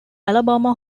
alabama